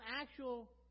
actual